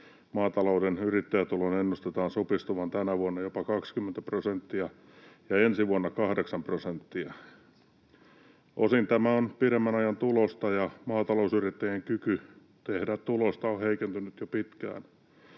Maatalouden yrittäjätulon ennustetaan supistuvan tänä vuonna jopa 20 prosenttia ja ensi vuonna 8 prosenttia. Osin tämä on pidemmän ajan tulosta, ja maatalousyrittäjien kyky tehdä tulosta on heikentynyt jo pitkään.